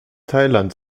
thailand